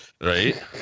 Right